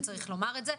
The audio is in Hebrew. וצריך לומר את זה.